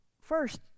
First